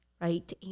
right